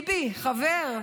// ביבי / 'חבר'